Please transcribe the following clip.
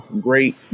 Great